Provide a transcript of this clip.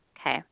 Okay